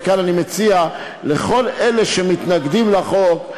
וכאן אני מציע לכל אלה שמתנגדים לחוק,